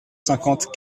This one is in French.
cinquante